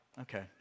okay